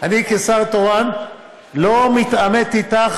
אני כשר תורן לא מתעמת איתך,